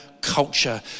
culture